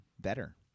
better